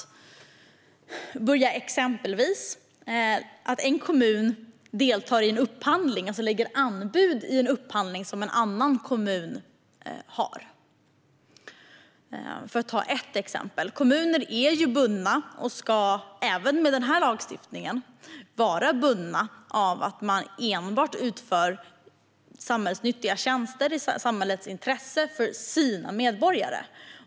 Det kan till exempel gälla en kommun som deltar i en upphandling och lägger anbud i en upphandling som en annan kommun redan har. Kommuner är bundna och ska, även med denna lagstiftning, vara bundna av att enbart utföra samhällsnyttiga tjänster i samhällets intresse för sina medborgare.